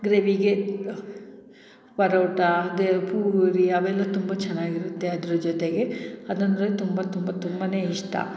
ಗ್ರೇವಿಗೆ ಪರೋಟ ಅದೇ ಪೂರಿ ಅವೆಲ್ಲ ತುಂಬ ಚೆನ್ನಾಗಿರುತ್ತೆ ಅದ್ರ ಜೊತೆಗೆ ಅದೆಂದರೆ ತುಂಬ ತುಂಬ ತುಂಬನೇ ಇಷ್ಟ